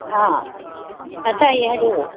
ꯑꯥ ꯇꯥꯏꯌꯦ ꯍꯥꯏꯔꯛꯑꯣ